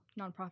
nonprofit